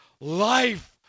life